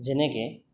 যেনেকৈ